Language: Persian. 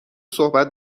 صحبت